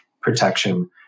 protection